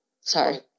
sorry